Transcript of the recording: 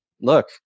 look